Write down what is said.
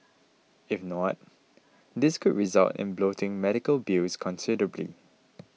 if not this could result in bloating medical bills considerably